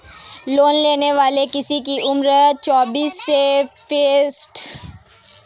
loan लेने वाले किसान की उम्र चौबीस से पैंसठ साल होना चाहिए